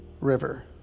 River